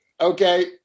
Okay